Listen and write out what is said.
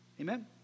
Amen